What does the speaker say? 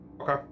Okay